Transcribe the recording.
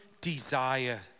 desire